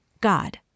God